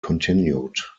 continued